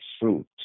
fruit